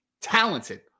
Talented